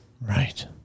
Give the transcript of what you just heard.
Right